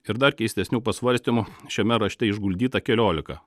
ir dar keistesnių pasvarstymų šiame rašte išguldyta keliolika